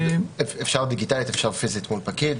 אפשר דיגיטלית, אפשר פיזית מול פקיד.